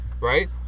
Right